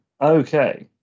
okay